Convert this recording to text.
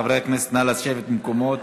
חברי הכנסת, נא לשבת במקומות.